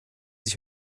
sich